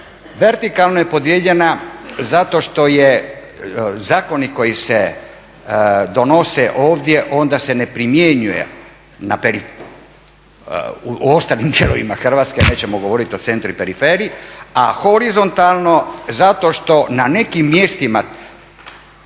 Vertikalno je podijeljena zato što je zakoni koji se donose ovdje, onda se ne primjenjuje u ostalim dijelovima Hrvatske, nećemo govoriti o … periferiji, a horizontalno zato što na nekim mjestima